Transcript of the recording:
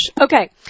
Okay